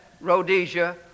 Rhodesia